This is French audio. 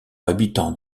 habitants